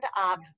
up